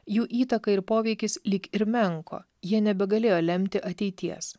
jų įtaka ir poveikis lyg ir menko jie nebegalėjo lemti ateities